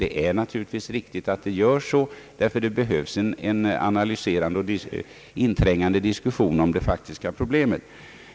Det är naturligtvis riktigt att det går till så därför att det behövs en analyserande och inträngande diskussion om de faktiska problemen.